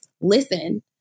listen